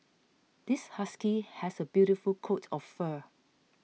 this husky has a beautiful coat of fur